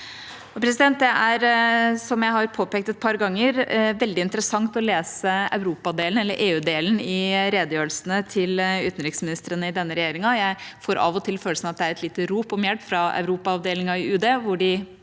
ganger, er det veldig interessant å lese EU-delen i redegjørelsene til utenriksministrene i denne regjeringa. Jeg får av og til følelsen av at det er et lite rop om hjelp fra Europa-avdelingen i